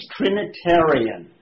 Trinitarian